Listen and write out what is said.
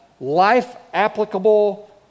life-applicable